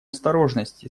осторожность